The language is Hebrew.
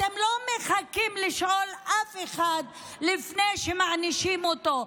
אתם לא מחכים לשאול אף אחד לפני שמענישים אותו.